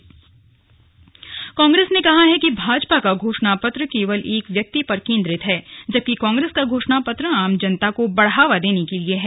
Congress on घोषणापत्र कांग्रेस ने कहा है कि भाजपा का घोषणापत्र केवल एक व्यक्ति पर केन्द्रित है जबकि कांग्रेस का घोषणापत्र आम जनता को बढ़ावा देने के लिए है